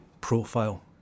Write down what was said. profile